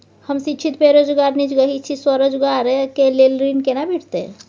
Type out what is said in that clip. हम शिक्षित बेरोजगार निजगही छी, स्वरोजगार के लेल ऋण केना भेटतै?